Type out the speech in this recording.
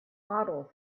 models